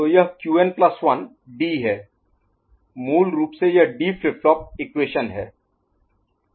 तो यह Qn plus 1 Qn1 D है मूल रूप से यह D फ्लिप फ्लॉप इक्वेशन है